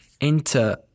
enter